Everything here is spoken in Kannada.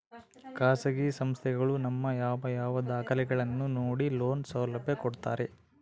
ಖಾಸಗಿ ಸಂಸ್ಥೆಗಳು ನಮ್ಮ ಯಾವ ಯಾವ ದಾಖಲೆಗಳನ್ನು ನೋಡಿ ಲೋನ್ ಸೌಲಭ್ಯ ಕೊಡ್ತಾರೆ?